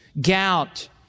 gout